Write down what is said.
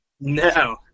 No